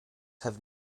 have